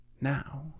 now